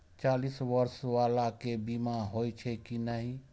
चालीस बर्ष बाला के बीमा होई छै कि नहिं?